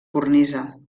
cornisa